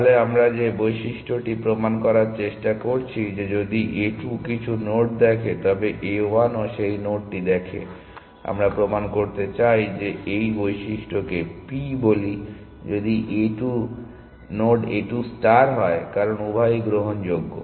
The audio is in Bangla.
তাহলে আমরা যে বৈশিষ্ট্যটি প্রমাণ করার চেষ্টা করছি যে যদি A 2 কিছু নোড দেখে তবে A 1ও সেই নোডটি দেখে আমরা প্রমাণ করতে চাই যে এই বৈশিষ্ট্যটিকে p বলি যদি A 2 যদি নোড A 2 ষ্টার হয় কারণ উভয়ই গ্রহণযোগ্য